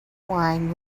wine